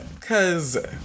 cause